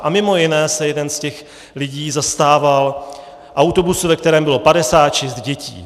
A mimo jiné se jeden z těch lidí zastával autobusu, ve kterém bylo 56 dětí.